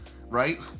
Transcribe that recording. right